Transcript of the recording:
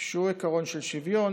שהוא עיקרון של שוויון.